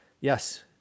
Yes